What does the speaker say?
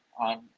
on